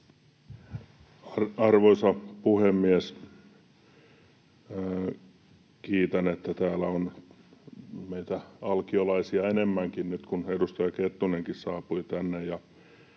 Arvoisa puhemies! Kiitän, että täällä on meitä alkiolaisia enemmänkin nyt, kun edustaja Kettunenkin saapui tänne.